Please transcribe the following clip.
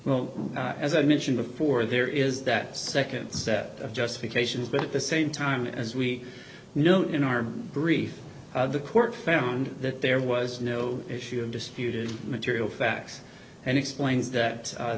well as i mentioned before there is that second set of justifications but at the same time as we know in our brief the court found that there was no issue of disputed material facts and explains that